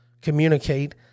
communicate